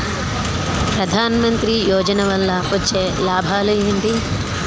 ప్రధాన మంత్రి యోజన వల్ల వచ్చే లాభాలు ఎంటి?